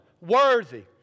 worthy